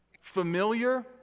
familiar